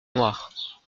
noirs